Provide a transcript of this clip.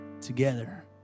together